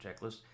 checklist